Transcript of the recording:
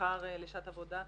בשכר לשעת עבודה ובהשכלה.